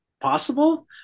possible